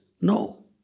no